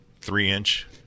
three-inch